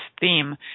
theme